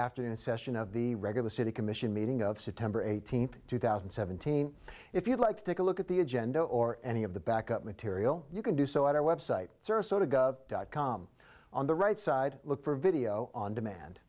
afternoon session of the regular city commission meeting of september eighteenth two thousand and seventeen if you'd like to take a look at the agenda or any of the backup material you can do so at our website sarasota gov dot com on the right side look for video on demand